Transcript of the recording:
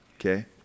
okay